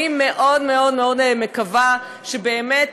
אני מאוד מאוד מקווה שבאמת,